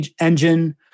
engine